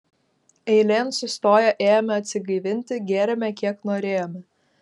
eilėn sustoję ėjome atsigaivinti gėrėme kiek norėjome